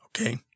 Okay